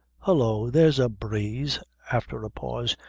hollo! there's a breeze! after a pause,